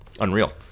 Unreal